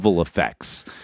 effects